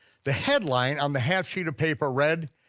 the headline on the half sheet of paper read,